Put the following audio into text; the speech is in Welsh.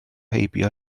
heibio